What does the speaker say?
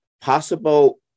possible